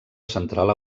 central